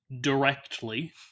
Directly